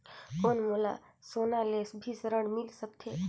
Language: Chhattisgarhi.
कौन मोला सोना ले भी ऋण मिल सकथे?